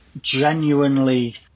genuinely